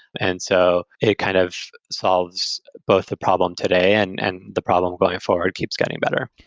and so it kind of solves both the problem today and and the problem going forward keeps getting better.